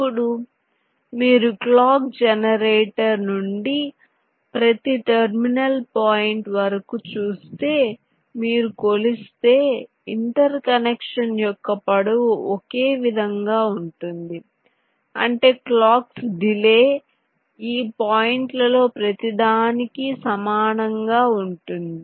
ఇప్పుడు మీరు clock generator నుండి ప్రతి టెర్మినల్ పాయింట్ వరకు చూస్తే మీరు కొలిస్తే ఇంటర్ కనెక్షన్ యొక్క పొడవు ఒకే విధంగా ఉంటుంది అంటే క్లాక్స్ డిలే ఈ పాయింట్లలో ప్రతిదానికి సమానంగా ఉంటుంది